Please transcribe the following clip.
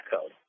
code